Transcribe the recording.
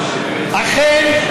אכן,